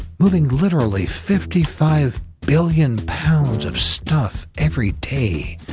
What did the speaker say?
moving literally fifty five billion pounds of stuff every day.